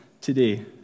today